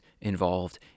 involved